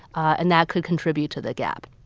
and that could contribute to the gap